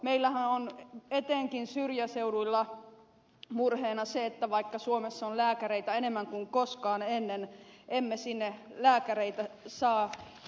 meillähän on etenkin syrjäseuduilla murheena se että vaikka suomessa on lääkäreitä enemmän kuin koskaan ennen emme sinne syrjäseuduille lääkäreitä saa